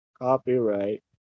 Copyright